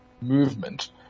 movement